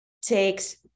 takes